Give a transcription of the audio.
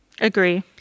Agree